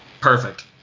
Perfect